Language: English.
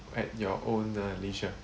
at your own uh leisure